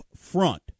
front